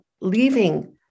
leaving